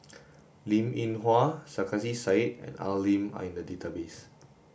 Linn In Hua Sarkasi said and Al Lim are in the database